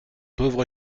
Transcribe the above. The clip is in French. pauvre